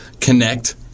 connect